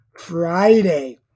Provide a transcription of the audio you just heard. Friday